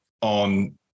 on